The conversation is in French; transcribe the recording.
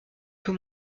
peu